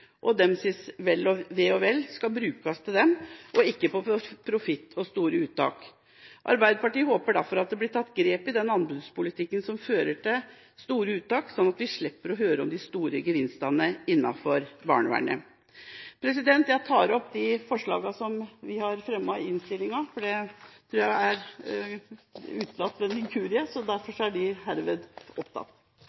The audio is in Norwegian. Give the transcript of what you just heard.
til dem og ikke på profitt og store uttak. Arbeiderpartiet håper derfor at det blir tatt grep i anbudspolitikken som fører til store uttak, sånn at vi slipper å høre om de store gevinstene innenfor barnevernet. Jeg tar opp de forslagene som vi har fremmet i innstillingen, som er utelatt ved en inkurie